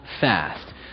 fast